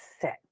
set